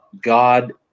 God